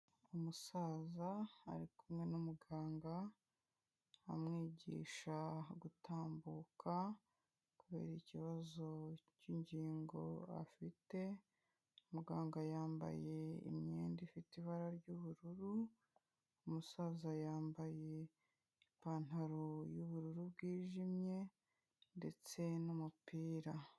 Umusaza ari kumwe n'umuganga, amwigisha gutambuka kubera ikibazo cy'ingingo afite, muganga yambaye imyenda ifite ibara ry'ubururu, umusaza yambaye ipantaro y'ubururu bwijimye ndetse n'umupira.